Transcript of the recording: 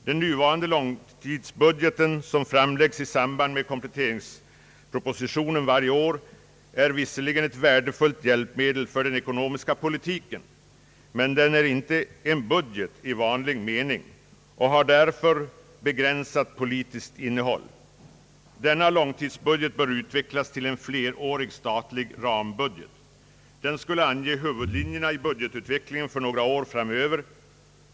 Den nuvarande långtidsbudgeten som framläggs i samband med kompletteringspropositionen varje år är visserligen ett värdefullt hjälpmedel för den ekonomiska politiken, men den är inte en budget i vanlig mening och har därför begränsat politiskt innehåll. Denna långtidsbudget bör utvecklas till en flerårig statlig »rambudget». Den skulle ange huvudlinjerna i budgetutvecklingen för några år framöver.